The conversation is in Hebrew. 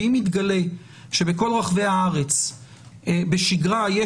כי אם יתגלה שבכל רחבי הארץ בשגרה יש